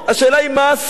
השאלה היא, מה עשית?